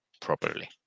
properly